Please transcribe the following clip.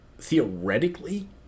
theoretically